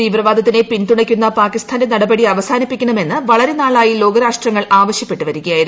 തീവ്രവാദത്തിനെ പിന്തുണയ്ക്കുന്ന പാകിസ്ഥാന്റെ നടപടി അവസാനിപ്പിക്കണം എന്ന് വളരെ നാളായി ലോകരാഷ്ട്രങ്ങൾ ആവശ്യപ്പെട്ട് വരികയായിരുന്നു